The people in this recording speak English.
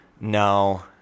No